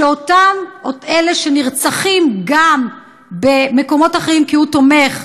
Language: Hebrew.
שאותם אלה שנרצחים גם במקומות אחרים, כי הוא תומך,